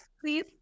please